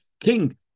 king